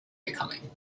becoming